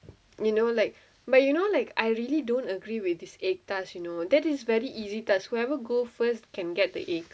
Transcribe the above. you know like but you know like I really don't agree with this egg tasks you know that is very easy task whoever go first can get the egg